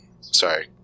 Sorry